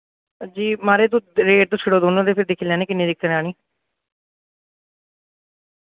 जी माराज तुस रेट दस्सी ओड़ो दोनों ते फिर दिक्खी लैन्ने किन्ने दी करानी